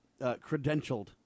credentialed